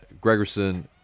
Gregerson